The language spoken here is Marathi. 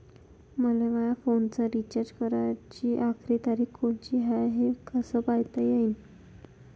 मले माया फोनचा रिचार्ज कराची आखरी तारीख कोनची हाय, हे कस पायता येईन?